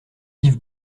yves